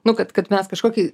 nu kad kad mes kažkokį